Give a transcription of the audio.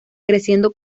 creciendo